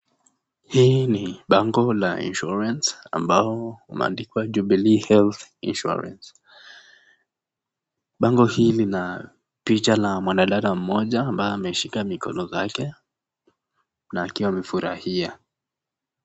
Hii ni bango ya insurance ambayo 8.eqndikwa Jubilee insurance .picha hili Lina mwanadada mmoja ambaye ameshika mikono zake nacakiwa amefurahia.